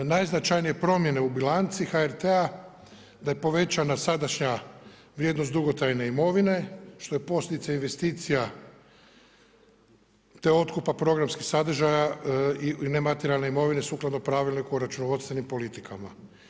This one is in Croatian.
Najznačajnije promjene u bilanci HRT-a da je povećana sadašnja vrijednost dugotrajne imovine, što je posljedica investicija, te otkupa programskih sadržaja i nematerijalne imovine, sukladno pravilniku o računovodstvenim politikama.